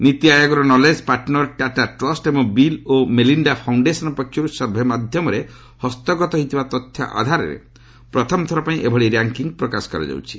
ନୀତି ଆୟୋଗର knowledge partner Tata Trust ଏବଂ ବିଲ୍ ଓ ମେଲିଣ୍ଡା ଫାଉଣ୍ଡେସନ୍ ପକ୍ଷରୁ ସର୍ଭେ ମାଧ୍ୟମରେ ହସ୍ତଗତ ହୋଇଥିବା ତଥ୍ୟ ଆଧାରରେ ପ୍ରଥମଥର ପାଇଁ ଏଭଳି ର୍ୟାଙ୍କିଙ୍ଗ୍ ପ୍ରକାଶ କରାଯାଉଛି